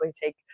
take